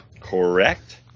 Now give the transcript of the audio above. Correct